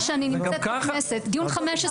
מאז אני בכנסת, זה הדיון ה-15 בנושא.